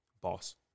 boss